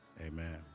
Amen